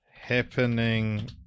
happening